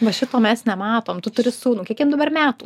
va šito mes nematom tu turi sūnų kiek jam dabar metų